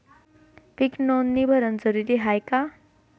पीक नोंदनी भरनं जरूरी हाये का?